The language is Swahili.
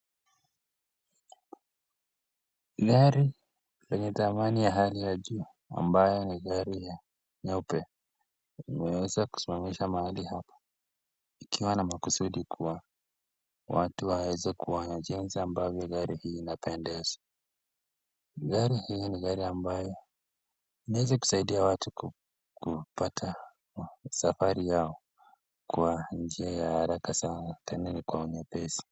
Gari lenye dhamani ya hali ya juu ambalo ni nyeupe limeweza kusimamishwa mahali hapa ikiwa na makusudi kuwa watu waweze kuona jinsi ambavyo inapendeza. Ni gari ambayo inaweza kusaidia watu kupata safari yao kwa njia ya haraka sana tena kwa wepesi.